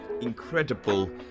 incredible